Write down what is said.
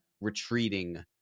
retreating